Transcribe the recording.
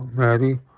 maddie,